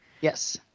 Yes